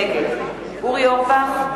נגד אורי אורבך,